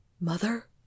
Mother